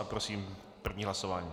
A prosím první hlasování.